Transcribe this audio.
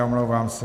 Omlouvám se.